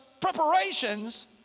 preparations